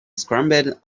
scrambled